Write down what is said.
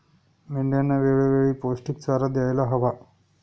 मेंढ्यांना वेळोवेळी पौष्टिक चारा द्यायला हवा